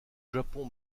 japon